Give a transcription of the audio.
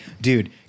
dude